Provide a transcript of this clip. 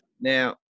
Now